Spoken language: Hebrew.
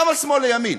גם על שמאל לימין,